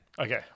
Okay